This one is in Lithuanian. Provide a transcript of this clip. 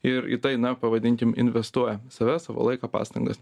ir į tai na pavadinkim investuoja save savo laiką pastangas